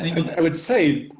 i would say,